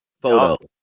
photo